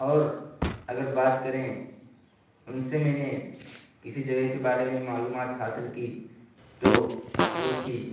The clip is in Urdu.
اور اگر بات کریں ان سے میں نے کسی جگہ کے بارے میں معلومات حاصل کی تو وہ تھی